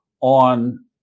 on